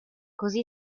così